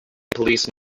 police